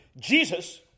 Jesus